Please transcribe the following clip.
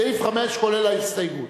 סעיף 5, כולל ההסתייגות.